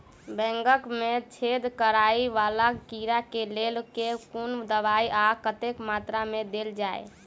बैंगन मे छेद कराए वला कीड़ा केँ लेल केँ कुन दवाई आ कतेक मात्रा मे देल जाए?